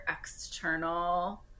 external